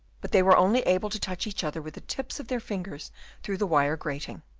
but they were only able to touch each other with the tips of their fingers through the wire grating.